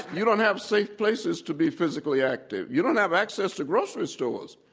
you don't have safe places to be physically active, you don't have access to grocery stores,